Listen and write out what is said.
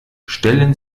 stellen